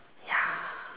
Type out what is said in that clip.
ya